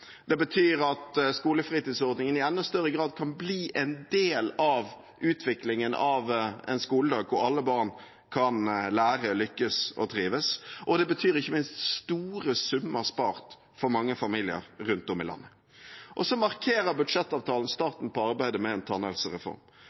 Det betyr at skolefritidsordningen i enda større grad kan bli en del av utviklingen av en skoledag hvor alle barn kan lære, lykkes og trives, og det betyr ikke minst store summer spart for mange familier rundt om i landet. Så markerer budsjettavtalen starten på arbeidet med en tannhelsereform,